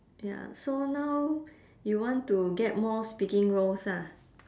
ya so now you want to get more speaking roles ah